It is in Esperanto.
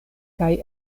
kaj